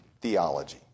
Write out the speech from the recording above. theology